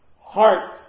heart